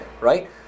right